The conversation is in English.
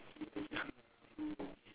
at the sand area